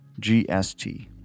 GST